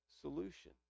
solution